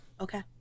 Okay